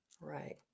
right